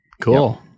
cool